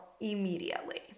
immediately